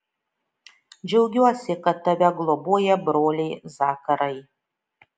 džiaugiuosi kad tave globoja broliai zakarai